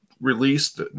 released